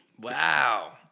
Wow